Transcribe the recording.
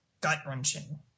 gut-wrenching